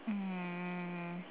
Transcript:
um